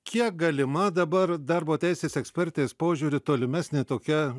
kiek galima dabar darbo teisės ekspertės požiūriu tolimesnė tokia